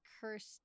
cursed